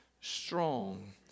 strong